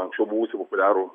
anksčiau buvusį populiarų